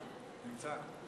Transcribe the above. נמצא.